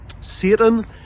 Satan